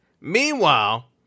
Meanwhile